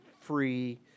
free